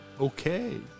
Okay